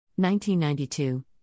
1992